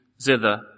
zither